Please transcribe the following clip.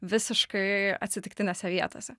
visiškai atsitiktinėse vietose